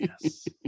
yes